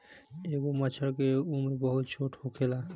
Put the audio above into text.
एगो मछर के उम्र बहुत छोट होखेला